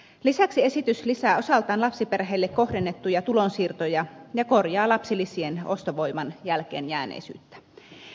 lisäksi esitys lisää osaltaan lapsiperheille kohdennettuja tulonsiirtoja ja korjaa lapsilisien ostovoiman jälkeenjääneisyyttä